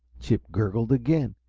chip gurgled again,